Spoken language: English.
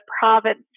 province